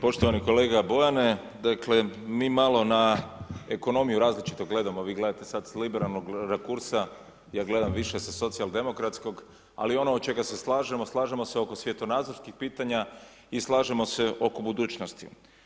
Poštovani kolega Bojane, dakle mi malo na ekonomiju različito gledamo, vi gleda te sad s liberalnom rakursa, ja gledam više sa socijaldemokratskog, ali ono oko čega se slažemo, slažemo se oko svjetonazorskih pitanja i slažemo oko budućnosti.